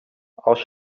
als